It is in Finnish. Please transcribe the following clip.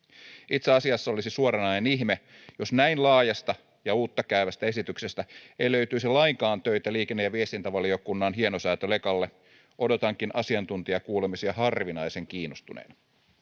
itse asiassa olisi suoranainen ihme jos näin laajasta ja uutta käyvästä esityksestä ei löytyisi lainkaan töitä liikenne ja viestintävaliokunnan hienosäätölekalle odotankin asiantuntijakuulemisia harvinaisen kiinnostuneena